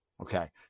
Okay